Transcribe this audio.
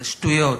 זה שטויות.